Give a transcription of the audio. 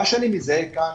מה שאני מזהה כאן,